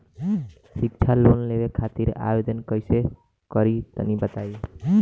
शिक्षा लोन लेवे खातिर आवेदन कइसे करि तनि बताई?